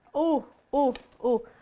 ooh ooh ooh.